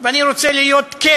ואני רוצה להיות כן,